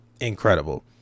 Incredible